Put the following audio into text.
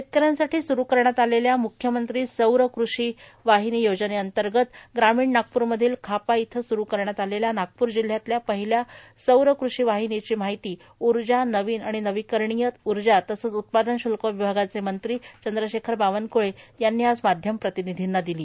शेतकऱ्यांसाठी स्रू करण्यात आलेल्या म्ख्यमंत्री सौर कृषी वाहिनी योजनेअंतर्गत ग्रामीण नागपूरमधील खापा इथं स्रू करण्यात आलेल्या नागपूर जिल्ह्यातल्या पहिल्या सौर कृषी वाहिनीची माहिती ऊर्जा नविन आणि नविकरणीय ऊर्जा तसंच उत्पादन श्ल्क विभागाचे मंत्री चंद्रशेखर बावनक्ळे यांनी आज माध्यम प्रतिनिधींना दिली